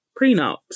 prenups